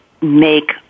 make